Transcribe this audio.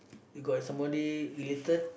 you got somebody related